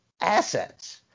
assets